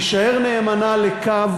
להישאר נאמנים לקו